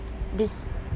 this